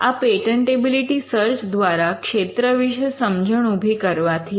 આ patentability search દ્વારા ક્ષેત્ર વિશે સમજણ ઉભી કરવાથી આવે